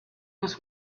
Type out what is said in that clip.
was